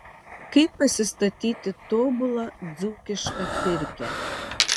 kaip pasistatyti tobulą dzūkišką pirkią